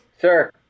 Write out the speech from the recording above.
Sir